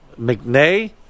McNay